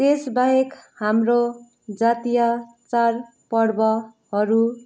त्यसबाहेक हाम्रो जातीय चाडपर्वहरू